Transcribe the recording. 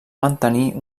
mantenir